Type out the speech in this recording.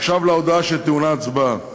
עכשיו להודעה שטעונה הצבעה: